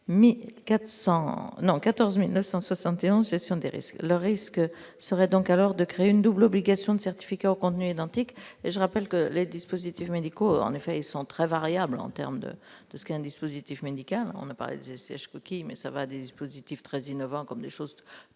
14971 Gestion des risques, le risque serait donc alors de créer une double obligation de certificats au contenu identique et je rappelle que les dispositifs médicaux en effet sont très variables en termes de de ce qu'un dispositif médical, on a parlé ces mais ça va, dispositif très innovants, comme les choses